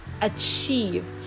achieve